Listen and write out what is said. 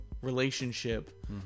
relationship